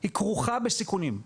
היא כרוכה בסיכונים.